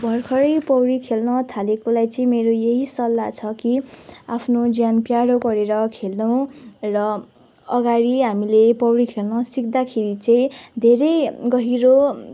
भर्खरै पौडी खेल्न थालेकोलाई चाहिँ मेरो यही सल्लाह छ कि आफ्नो ज्यान प्यारो गरेर खेलौँ र अगाडि हामीले पौडी खेल्न सिक्दाखेरि चाहिँ धेरै गहिरो